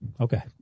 Okay